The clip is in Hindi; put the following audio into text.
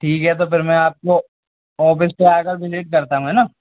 ठीक है तो फिर मैं आपको औफीस पे आकार विजिट करता हूँ है ना